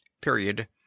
Period